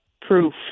proof